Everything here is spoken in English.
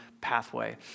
pathway